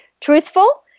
truthful